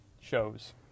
shows